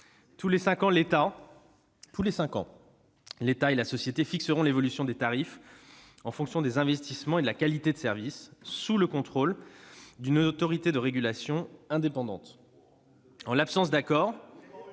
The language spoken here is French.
tous les cinq ans, l'État et la société fixeront l'évolution des tarifs en fonction des investissements et de la qualité de service, sous le contrôle d'une autorité de régulation indépendante. Encore une ! En l'absence d'accord,